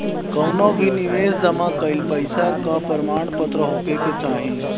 कवनो भी निवेश जमा कईल पईसा कअ प्रमाणपत्र होखे के चाही